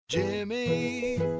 Jimmy